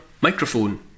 microphone